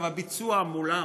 הביצוע מולם